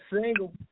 single